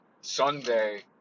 Sunday